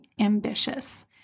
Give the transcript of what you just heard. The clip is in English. ambitious